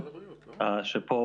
פה,